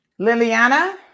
Liliana